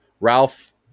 Ralph